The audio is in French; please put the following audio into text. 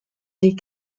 des